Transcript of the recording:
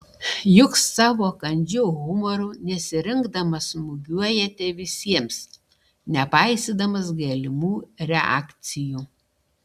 juk savo kandžiu humoru nesirinkdamas smūgiuojate visiems nepaisydamas galimų reakcijų